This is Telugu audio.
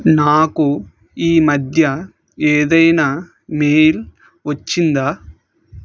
నాకు ఈ మధ్య ఏదైనా మెయిల్ వచ్చిందా